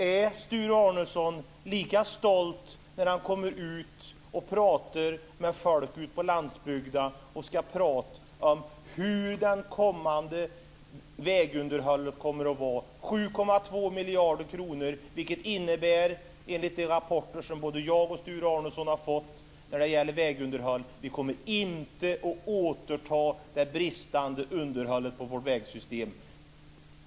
Är Sture Arnesson lika stolt när han pratar med folk på landsbygden om hur vägunderhållet kommer att se ut? Enligt de rapporter om vägunderhåll som både jag och Sture Arnesson har fått innebär 7,2 miljarder inte att man kommer till rätta med det bristande underhållet i vårt vägsystem.